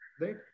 right